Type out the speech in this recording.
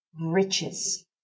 riches